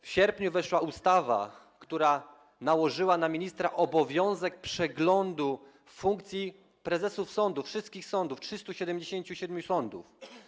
W sierpniu weszła w życie ustawa która nałożyła na ministra obowiązek przeglądu funkcji prezesów sądów, wszystkich sądów, 377 sądów.